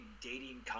dating